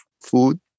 food